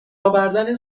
آوردن